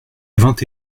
vingt